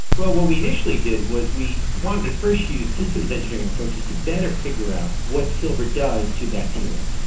well, what we initially did was we wanted to first use systems engineering approaches to better figure out what silver does to bacteria,